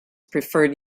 preferred